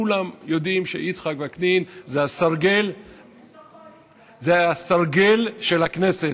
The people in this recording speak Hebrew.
כולם יודעים שיצחק וקנין זה הסרגל של הכנסת.